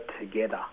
together